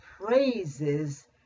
praises